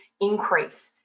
increase